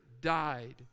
died